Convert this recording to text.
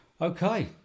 Okay